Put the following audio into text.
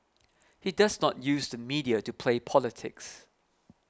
he does not use the media to play politics